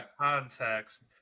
context